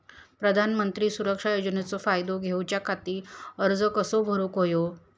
प्रधानमंत्री सुरक्षा योजनेचो फायदो घेऊच्या खाती अर्ज कसो भरुक होयो?